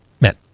men